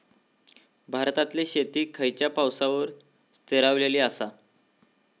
भारतातले शेती खयच्या पावसावर स्थिरावलेली आसा?